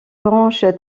branches